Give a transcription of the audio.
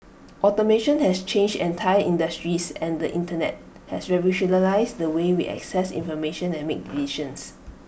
automation has changed entire industries and the Internet has revolutionised the way we access information and make decisions